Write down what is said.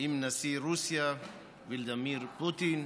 עם נשיא רוסיה ולדימיר פוטין,